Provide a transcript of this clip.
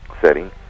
setting